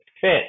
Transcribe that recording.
fit